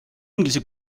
inglise